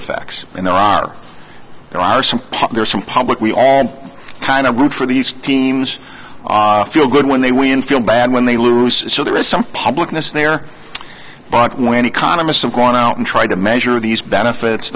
effects and there are there are some there are some public we all kind of root for these teams feel good when they win feel bad when they lose so there is some publicness there but when economists have gone out and tried to measure these benefits